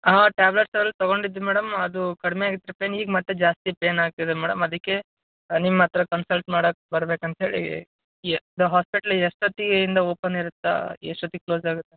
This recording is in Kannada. ಹಾಂ ಟ್ಯಾಬ್ಲೆಟ್ಸೆಲ್ಲ ತಗೊಂಡಿದ್ದಿ ಮೇಡಮ್ ಅದು ಕಡಿಮೆ ಆಗಿತ್ತು ಪೇನ್ ಈಗ ಮತ್ತು ಜಾಸ್ತಿ ಪೇನ್ ಆಗ್ತಿದೆ ಮೇಡಮ್ ಅದಕ್ಕೆ ನಿಮ್ಮ ಹತ್ತಿರ ಕನ್ಸಲ್ಟ್ ಮಾಡೋಕೆ ಬರಬೇಕಂತ್ಹೇಳಿ ಈಗ ಹಾಸ್ಪೆಟ್ಲಿಗೆ ಎಷ್ಟೋತ್ತಿಗೆ ಇಂದ ಓಪನ್ ಇರುತ್ತೆ ಎಷ್ಟೋತ್ತಿಗೆ ಕ್ಲೋಸ್ ಆಗುತ್ತೆ